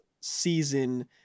season